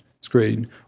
screen